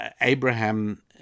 Abraham